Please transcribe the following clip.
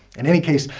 in any case,